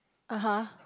(uh huh)